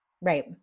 Right